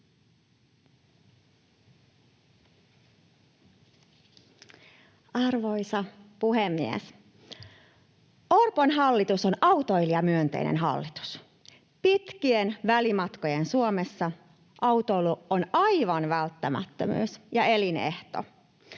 Arvoisa puhemies! Orpon hallitus on autoilijamyönteinen hallitus. Pitkien välimatkojen Suomessa autoilu on aivan välttämättömyys ja elinehto.